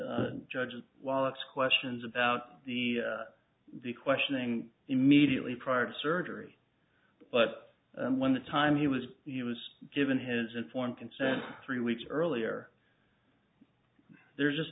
it's questions about the the questioning immediately prior to surgery but when the time he was he was given his informed consent three weeks earlier there's just